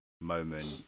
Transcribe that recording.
moment